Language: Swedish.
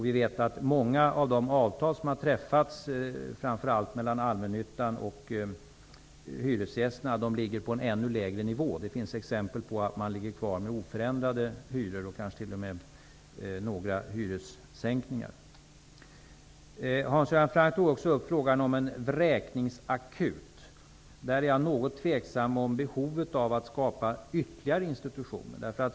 Vi vet att många av de avtal som har träffats mellan framför allt Allmännyttan och hyresgästerna ligger på en ännu lägre nivå. Det finns exempel på att hyrorna kommer att ligga kvar på oförändrade nivåer och att det kanske t.o.m. blir några hyressänkningar. Hans Göran Franck tog också upp frågan om en vräkningsakut. Jag är något tveksam om behovet av att skapa ytterligare institutioner.